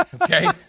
Okay